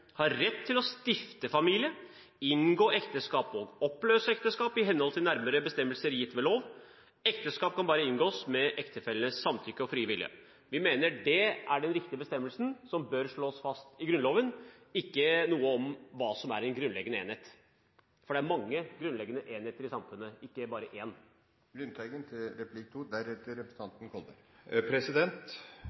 har rett til å stifte familie, inngå ekteskap og oppløse ekteskap i henhold til nærmere bestemmelser gitt ved lov. Ekteskap kan bare inngås med ektefellenes samtykke og frie vilje.» Vi mener dette er den riktige bestemmelsen som bør slås fast i Grunnloven, ikke noe om hva som er en grunnleggende enhet. Det er mange grunnleggende enheter i samfunnet, ikke bare én. § 103 lyder: «Familien er en